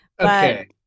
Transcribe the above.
Okay